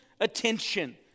attention